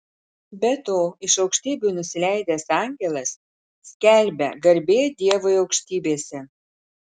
be to iš aukštybių nusileidęs angelas skelbia garbė dievui aukštybėse